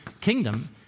kingdom